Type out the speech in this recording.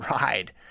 ride